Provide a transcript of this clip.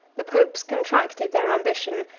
the popes contracted their ambition,